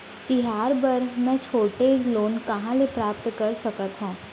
तिहार बर मै छोटे लोन कहाँ ले प्राप्त कर सकत हव?